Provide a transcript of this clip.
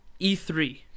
E3